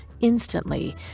instantly